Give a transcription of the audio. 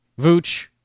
Vooch